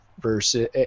versus